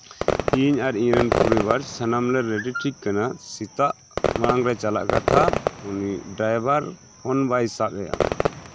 ᱤᱧ ᱟᱨ ᱤᱧ ᱨᱮᱱ ᱯᱚᱨᱤᱵᱟᱨ ᱥᱟᱱᱟᱢᱞᱮ ᱨᱮᱰᱤ ᱴᱷᱤᱠ ᱠᱟᱱᱟ ᱥᱮᱛᱟᱜ ᱢᱟᱲᱟᱝ ᱨᱮ ᱪᱟᱞᱟᱜ ᱠᱟᱛᱷᱟ ᱩᱱᱤ ᱰᱨᱟᱭᱵᱷᱟᱨ ᱯᱷᱳᱱ ᱵᱟᱭ ᱥᱟᱵᱮᱫᱼᱟ